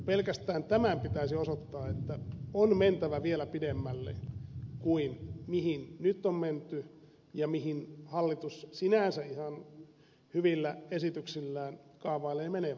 pelkästään tämän pitäisi osoittaa että on mentävä vielä pidemmälle kuin mihin nyt on menty ja mihin hallitus sinänsä ihan hyvillä esityksillään kaavailee menevänsä